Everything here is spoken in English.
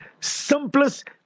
Simplest